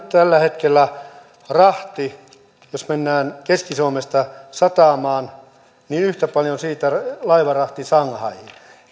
tällä hetkellä jos mennään keski suomesta satamaan rahti maksaa yhtä paljon kuin laivarahti shanghaihin